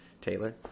Taylor